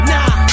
Nah